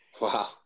Wow